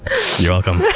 you're welcome.